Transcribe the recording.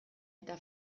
eta